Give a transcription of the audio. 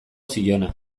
ziona